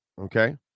okay